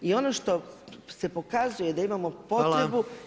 I ono što se pokazuje da imamo potrebu